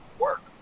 work